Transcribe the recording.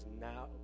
now